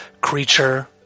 creature